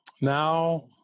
Now